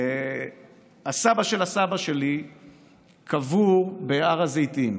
הסבא של הסבא שלי קבור בהר הזיתים.